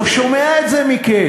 לא שומע את זה מכם.